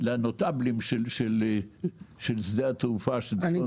ל --- של שדה התעופה של צפון תל אביב.